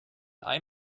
ein